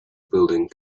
building